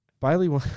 Bailey